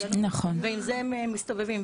זה מסתובבים.